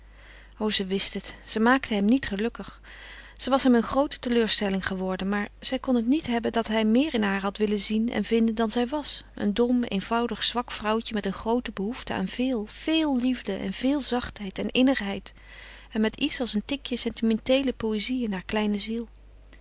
o ze wist het ze maakte hem niet gelukkig ze was hem een groote teleurstelling geworden maar zij kon het niet hebben dat hij meer in haar had willen zien en vinden dan zij was een dom eenvoudig zwak vrouwtje met een groote behoefte aan veel veel liefde en veel zachtheid en innigheid en met iets als een tikje sentimenteele poëzie in haar kleine ziel